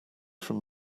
from